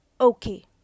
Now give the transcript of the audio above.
Okay